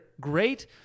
great